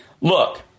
Look